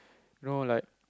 no like